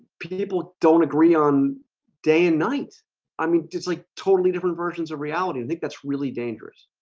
people don't agree on day and night i mean it's like totally different versions of reality. i think that's really dangerous